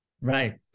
Right